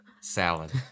Salad